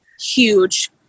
huge